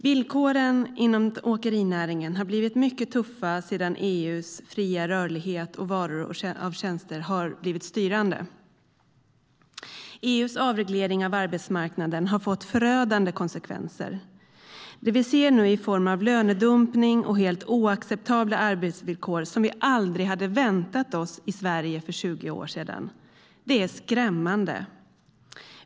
Villkoren inom åkerinäringen har blivit mycket tuffa sedan EU:s fria rörlighet för varor och tjänster har blivit styrande. EU:s avreglering av arbetsmarknaden har fått förödande konsekvenser. Det ser vi nu i form av lönedumpning och helt oacceptabla arbetsvillkor som vi aldrig hade väntat oss i Sverige för 20 år sedan. Det är skrämmande.